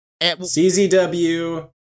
CZW